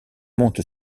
monte